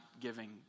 giving